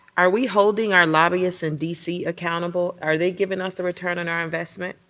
are we holding our lobbyists in d c. accountable, are they giving us a return on our investment?